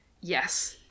Yes